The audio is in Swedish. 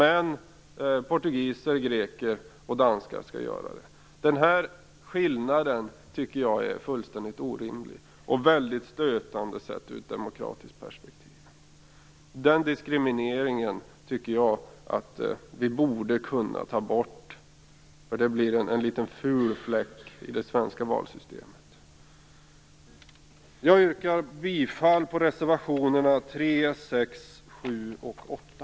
Men portugiser, greker och danskar skall få det. Den här skillnaden tycker jag är fullständigt orimlig och mycket stötande ur ett demokratiskt perspektiv. Den diskrimineringen tycker jag att vi borde kunna ta bort. Det blir en ful fläck i det svenska valsystemet. Jag yrkar bifall till reservationerna 3, 6, 7 och 8.